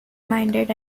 minded